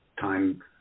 time